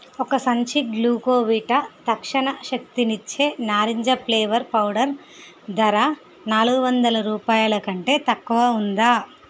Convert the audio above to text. ఒక సంచి గ్లూకోవిటా తక్షణ శక్తినిచ్చే నారింజ ఫ్లేవర్ పౌడర్ ధర నాలుగు వందల రూపాయలకంటే తక్కువ ఉందా